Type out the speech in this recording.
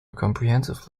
comprehensive